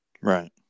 right